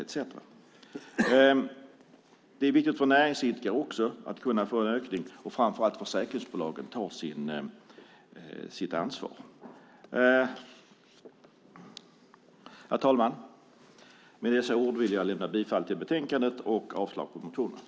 Det är också viktigt för näringsidkare att kunna få ökning och framför allt att försäkringsbolagen tar sitt ansvar. Herr talman! Med dessa ord yrkar jag bifall till förslaget i utskottets betänkande och avslag på motionerna.